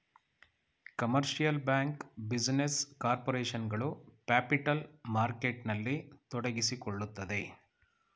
commercial bank, business corporation ಗಳು capital ಮಾರ್ಕೆಟ್ನಲ್ಲಿ ತೊಡಗಿಸಿಕೊಳ್ಳುತ್ತದೆ